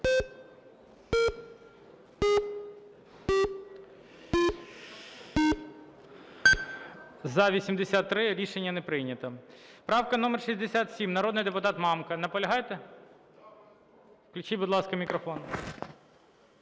За-83 Рішення не прийнято. Правка номер 67, народний депутат Мамка. Наполягаєте? Включіть, будь ласка, мікрофон.